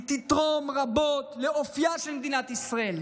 היא תתרום רבות לאופייה של מדינת ישראל,